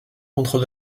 contrôle